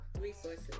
Resources